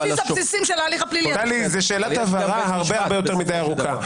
זאת שאלת הבהרה יותר מדי ארוכה.